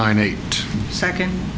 nine eight second